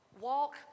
Walk